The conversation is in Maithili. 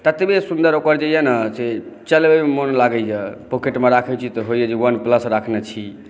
ततबे सुन्दर ओकर जे यऽ ने से चलबयमे मोन लागैया पॉकेटमे राखै छी तऽ हुए जे वन प्लस राखने छी